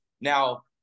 now